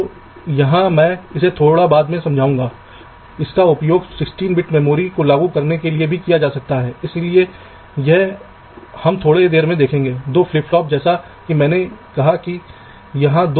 तो मेरा मतलब है कि नेट VDD में से एक और ग्राउंड में से एक दोनों चिप के बाएं किनारे से शुरुआत करते हैं और बाकि चिप के दाएं किनारे से